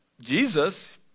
Jesus